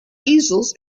easels